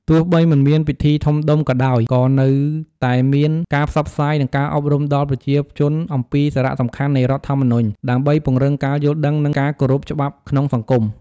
ទោះបីមិនមានពិធីធំដុំក៏ដោយ ក៏នៅតែមានការផ្សព្វផ្សាយ និងការអប់រំដល់ប្រជាជនអំពីសារៈសំខាន់នៃរដ្ឋធម្មនុញ្ញ ដើម្បីពង្រឹងការយល់ដឹង និងការគោរពច្បាប់ក្នុងសង្គម។